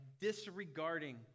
disregarding